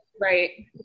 Right